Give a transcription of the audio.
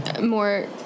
more